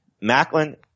Macklin